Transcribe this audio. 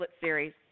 series